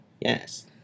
Yes